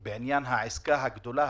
בעניין העסקה הגדולה,